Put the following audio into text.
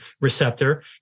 receptor